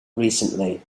recently